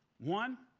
one,